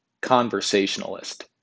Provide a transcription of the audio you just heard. conversationalist